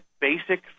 basic